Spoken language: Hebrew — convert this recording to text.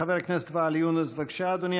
חבר הכנסת ואאל יונס, בבקשה, אדוני.